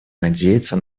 надеется